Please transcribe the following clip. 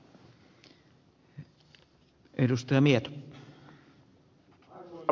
arvoisa puhemies